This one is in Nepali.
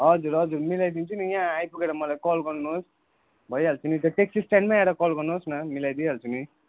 हजुर हजुर मिलाइदिन्छु नि यहाँ आइपुगेर मलाई कल गर्नुहोस् भइहाल्छ नि त्यहाँ ट्याक्सी स्ट्यान्डमै आएर कल गर्नुहोस् न मिलाइदिई हाल्छु नि